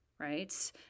Right